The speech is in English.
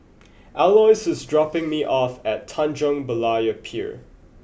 Aloys is dropping me off at Tanjong Berlayer Pier